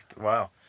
wow